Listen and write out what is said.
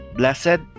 blessed